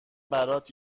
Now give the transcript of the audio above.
برات